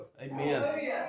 Amen